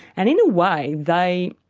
and in a way, they,